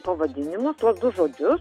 pavadinimus tuos du žodžius